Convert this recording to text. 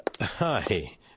hi